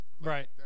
right